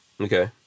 Okay